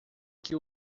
que